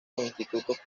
institutos